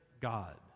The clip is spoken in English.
God